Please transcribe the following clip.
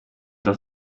das